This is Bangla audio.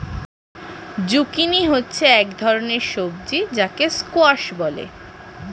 জুকিনি হচ্ছে এক ধরনের সবজি যাকে স্কোয়াশ বলে